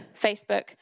Facebook